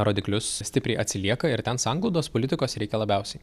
rodiklius stipriai atsilieka ir ten sanglaudos politikos reikia labiausiai